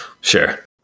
Sure